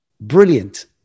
Brilliant